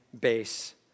base